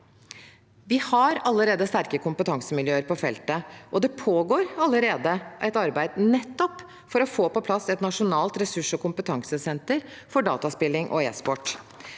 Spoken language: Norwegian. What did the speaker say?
Vi har allerede sterke kompetansemiljøer på feltet, og det pågår bl.a. et arbeid for å få på plass et nasjonalt ressurs- og kompetansesenter for dataspilling og e-sport.